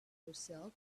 yourself